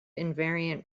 invariant